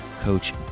Coach